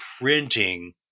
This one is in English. printing